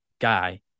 guy